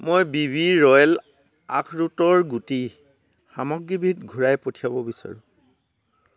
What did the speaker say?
মই B B Royal আখৰোটৰ গুটি সামগ্ৰীবিধ ঘূৰাই পঠিয়াব বিচাৰোঁ